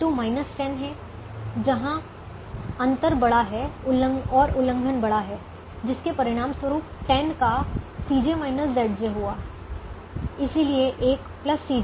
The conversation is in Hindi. v2 10 है जहां अंतर बड़ा है और उल्लंघन बड़ा है जिसके परिणामस्वरूप 10 का Cj Zj हुआ है